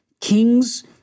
Kings